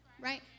right